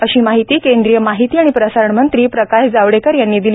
अशी माहिती केंद्रीय माहिती आणि प्रसारण मंत्री प्रकाश जावडेकर यांनी दिली